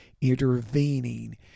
intervening